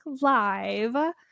live